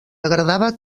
agradava